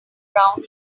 brown